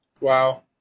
Wow